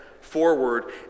forward